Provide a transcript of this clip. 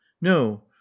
no